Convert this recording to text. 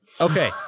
okay